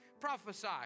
prophesy